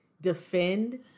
defend